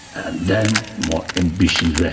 and then more ambitions.